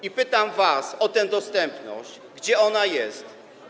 I pytam was o tę dostępność: Gdzie ona jest?